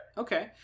Okay